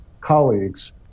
colleagues